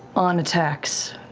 on attacks.